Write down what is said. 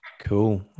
Cool